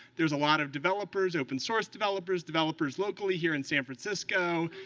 there's a lot of developers, open-source developers, developers locally here in san francisco,